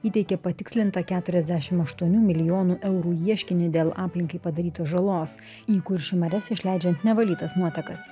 įteikė patikslintą keturiasdešimt aštuonių milijonų eurų ieškinį dėl aplinkai padarytos žalos į kuršių marias išleidžiant nevalytas nuotekas